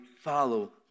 follow